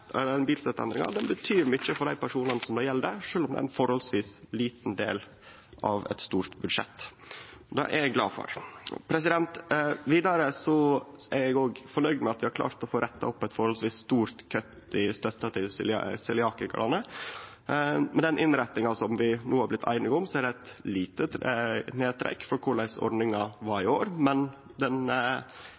turen. Denne bilstøtteendringa betyr mykje for dei personane det gjeld, sjølv om det er ein forholdsvis liten del av eit stort budsjett. Det er eg glad for. Vidare er eg fornøgd med at vi har klart å få retta opp eit forholdsvis stort kutt i støtta til cøliakarane. Med den innretninga vi no har blitt einige om, er det eit lite nedtrekk frå korleis ordninga var i år, men